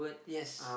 yes